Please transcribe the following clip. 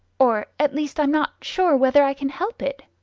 or, at least, i'm not sure whether i can help it.